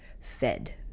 fed